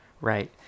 right